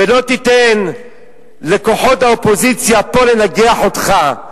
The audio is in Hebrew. ולא תיתן לכוחות האופוזיציה פה לנגח אותך.